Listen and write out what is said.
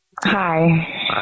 Hi